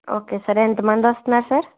okay sir ఎంత మంది వస్తున్నారు సార్